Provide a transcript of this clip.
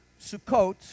Sukkot